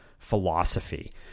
philosophy